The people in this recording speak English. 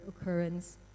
occurrence